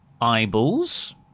Eyeballs